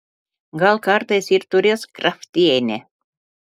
gal kartais ir turės kraftienė